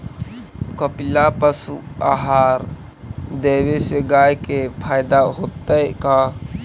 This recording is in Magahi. कपिला पशु आहार देवे से गाय के फायदा होतै का?